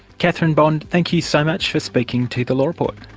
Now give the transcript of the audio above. catherine bond, thank you so much for speaking to the law report.